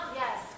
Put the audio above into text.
yes